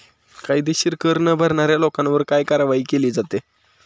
कायदेशीर कर न भरणाऱ्या लोकांवर काय कारवाई केली जाते?